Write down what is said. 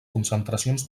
concentracions